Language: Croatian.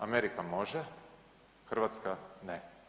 Amerika može, Hrvatska ne.